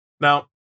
Now